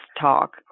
talk